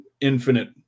infinite